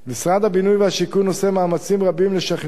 משרד הבינוי והשיכון עושה מאמצים רבים לשכנע